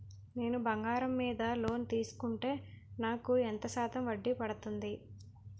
నేను బంగారం మీద లోన్ తీసుకుంటే నాకు ఎంత శాతం వడ్డీ పడుతుంది?